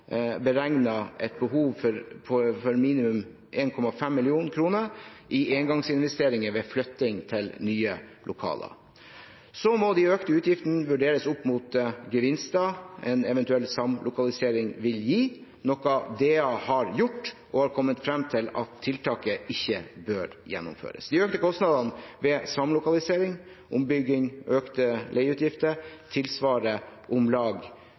et behov for minimum 1,5 mill. kr i engangsinvesteringer ved flytting til nye lokaler. Så må de økte utgiftene vurderes opp mot gevinster en eventuell samlokalisering vil gi, noe DA har gjort, og har så kommet frem til at tiltaket ikke bør gjennomføres. De økte kostnadene ved samlokalisering, ombygging og økte leieutgifter tilsvarer om lag